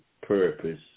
purpose